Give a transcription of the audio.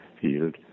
field